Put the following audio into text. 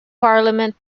parliament